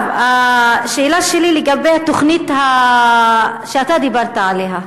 השאלה שלי לגבי התוכנית שאתה דיברת עליה,